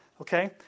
Okay